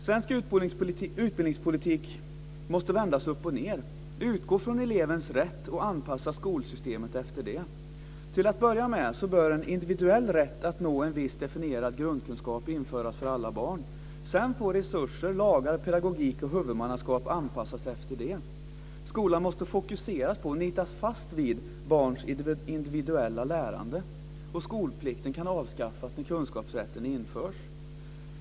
Svensk utbildningspolitik måste vändas uppochned. Utgå från elevens rätt och anpassa skolsystemet efter det! Till att börja med bör en individuell rätt att nå en viss definierad grundkunskap införas för alla barn. Sedan får resurser, lagar, pedagogik och huvudmannaskap anpassas efter det. Skolan måste fokuseras på och nitas fast vid barns individuella lärande. Skolplikten kan avskaffas då kunskapsrätten införs.